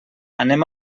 anem